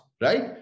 right